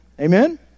Amen